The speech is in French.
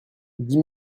dix